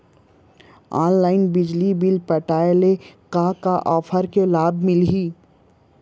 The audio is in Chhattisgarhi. ऑनलाइन बिजली बिल पटाय ले का का ऑफ़र के लाभ मिलही?